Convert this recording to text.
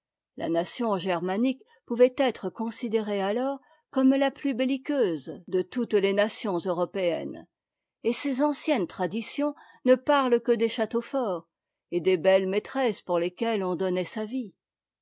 la nation germanique pouvait être considérée alors comme la plus belliqueuse de toutes les nations européennes et ses anciennes traditions ne parlent que des châteaux forts et des belles maîtresses pour lesquelles on donnait sa vie